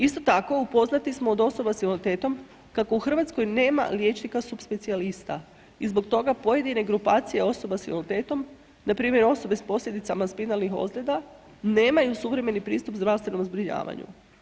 Isto tako upoznati smo od osoba s invaliditetom kako u Hrvatskoj nema liječnika subspecijalista i zbog toga pojedine grupacije osoba s invaliditetom npr. osobe s posljedicama spinalnih ozljeda nemaju suvremeni pristup zdravstvenom zbrinjavanju.